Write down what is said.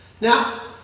Now